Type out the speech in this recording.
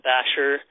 Basher